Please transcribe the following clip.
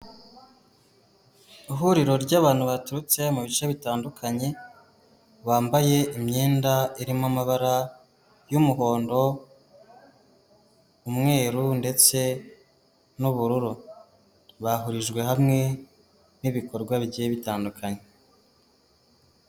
Ihuriro ry'abantu baturutse mu bice bitandukanye, bambaye imyenda irimo amabara y'umuhondo, umweru ndetse n'ubururu. Bahurijwe hamwe n'ibikorwa bigiye bitandukanye.